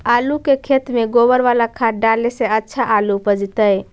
आलु के खेत में गोबर बाला खाद डाले से अच्छा आलु उपजतै?